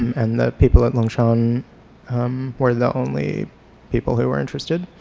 and the people at lung shan were the only people who were interested.